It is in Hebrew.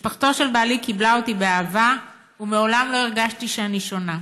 משפחתו של בעלי קיבלה אותי באהבה ומעולם לא הרגשתי שאני שונה.